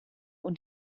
und